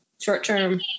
short-term